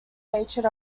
hatred